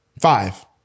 Five